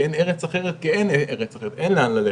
אין ארץ אחרת כי אין לאן ללכת.